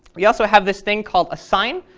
we also have this thing called assign,